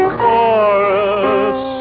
chorus